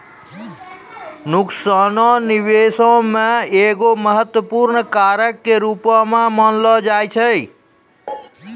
नुकसानो निबेश मे एगो महत्वपूर्ण कारक के रूपो मानलो जाय छै